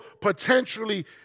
potentially